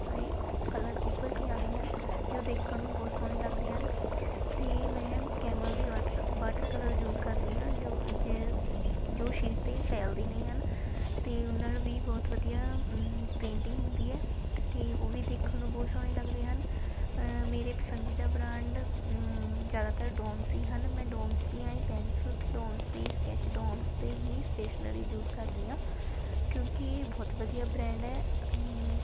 ਤਾਂ ਇਹ ਕਲਰ ਉੱਭਰ ਕੇ ਆਉਂਦੇ ਹਨ ਜੋ ਦੇਖਣ ਨੂੰ ਬਹੁਤ ਸੋਹਣੇ ਲੱਗਦੇ ਹਨ ਅਤੇ ਮੈਂ ਕੈਮਲ ਦੇ ਵਾਟਰ ਵਾਟਰ ਕਲਰ ਯੂਜ ਕਰਦੀ ਹਾਂ ਜੋ ਜਿੰ ਜੋ ਸ਼ੀਟ 'ਤੇ ਫੈਲਦੇ ਨਹੀਂ ਹਨ ਅਤੇ ਉਹ ਨਾਲ ਵੀ ਬਹੁਤ ਵਧੀਆ ਪੇਂਟਿੰਗ ਹੁੰਦੀ ਹੈ ਅਤੇ ਉਹ ਵੀ ਦੇਖਣ ਨੂੰ ਬਹੁਤ ਸੋਹਣੇ ਲੱਗਦੇ ਹਨ ਮੇਰੇ ਪਸੰਦੀਦਾ ਬ੍ਰਾਂਡ ਜ਼ਿਆਦਾਤਰ ਡੋਮਸ ਹੀ ਹਨ ਮੈਂ ਡੋਮਸ ਦੀਆਂ ਹੀ ਪੈਂਸਿਲਸ ਡੋਮਸ ਦੇ ਸਕੈਚ ਡੋਮਸ ਦੇ ਹੀ ਸਟੇਸ਼ਨਰੀ ਯੂਜ ਕਰਦੀ ਹਾਂ ਕਿਉਂਕਿ ਬਹੁਤ ਵਧੀਆ ਬ੍ਰੈਂਡ ਹੈ